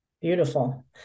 Beautiful